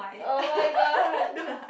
oh-my-god